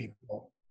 people